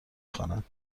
خواند